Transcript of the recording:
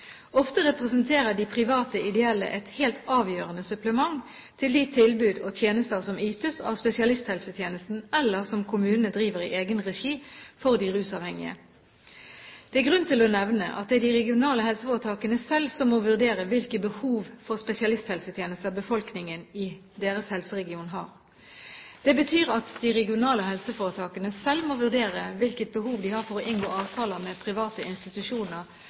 Ofte representerer de private ideelle et helt avgjørende supplement til de tilbud og tjenester som ytes av spesialisthelsetjenesten, eller som kommunen driver i egen regi for de rusmiddelavhengige. Det er grunn til å nevne at det er de regionale helseforetakene selv som må vurdere hvilke behov for spesialisthelsetjenester befolkningen i deres helseregion har. Det betyr at de regionale helseforetakene selv må vurdere hvilket behov de har for å inngå avtaler med private institusjoner